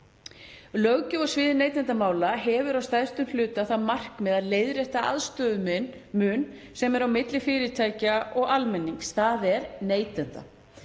Löggjöf á sviði neytendamála hefur að stærstum hluta það markmið að leiðrétta aðstöðumun sem er á milli fyrirtækja og almennings, þ.e. neytenda,